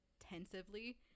intensively